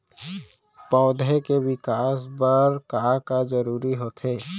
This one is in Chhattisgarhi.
पौधे के विकास बर का का जरूरी होथे?